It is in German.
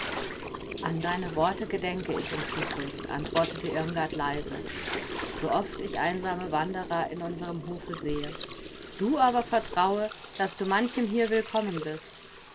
an deine worte gedenke ich in zukunft antwortete irmgard leise sooft ich einsame wanderer in unserem hofe sehe du aber vertraue daß du manchem hier willkommen bist